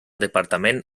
departament